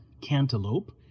Cantaloupe